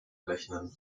rechnen